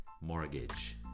mortgage